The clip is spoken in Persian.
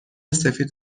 سفید